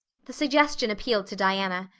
the suggestion appealed to diana.